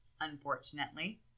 unfortunately